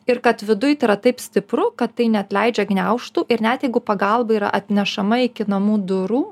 ir kad viduj tai yra taip stipru kad tai neatleidžia gniaužtų ir net jeigu pagalba yra atnešama iki namų durų